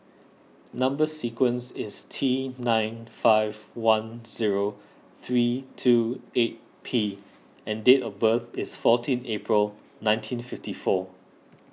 Number Sequence is T nine five one zero three two eight P and date of birth is fourteen April nineteen fifty four